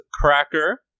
Cracker